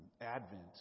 Advent